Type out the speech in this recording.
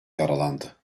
yaralandı